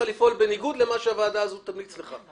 לפעול בניגוד למה שהוועדה הזו תמליץ לך.